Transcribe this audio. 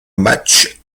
matches